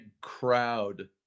crowd